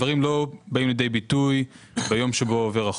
הדברים לא באים לידי ביטוי ביום שבו עובר החוק.